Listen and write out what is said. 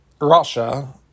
Russia